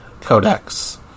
Codex